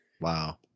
Wow